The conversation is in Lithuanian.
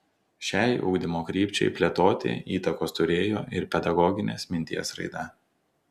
šiai ugdymo krypčiai plėtoti įtakos turėjo ir pedagoginės minties raida